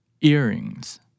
Earrings